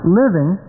living